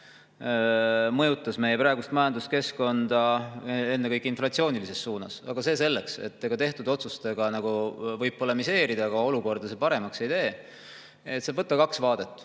mõjutasid meie praegust majanduskeskkonda ennekõike inflatsioonilises suunas. Aga see selleks! Tehtud otsuste [teemal] võib polemiseerida, aga olukorda see paremaks ei tee. Saab võtta kaks vaadet.